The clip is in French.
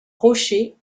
rocher